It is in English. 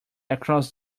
across